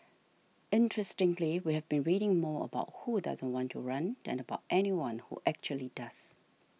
interestingly we have been reading more about who doesn't want to run than about anyone who actually does